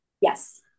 yes